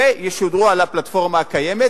והן ישודרו על הפלטפורמה הקיימת